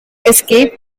escape